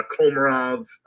Komarov